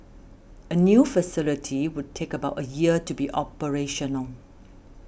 a new facility would take about a year to be operational